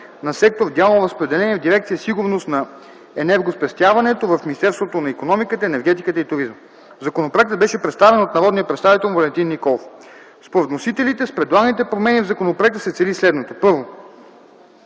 на сектор „Дялово разпределение” в дирекция „Сигурност на енергоспестяването” в Министерството на икономиката, енергетиката и туризма. Законопроектът беше представен от народния представител Валентин Николов. Според вносителите с предлаганите промени в законопроекта се цели следното: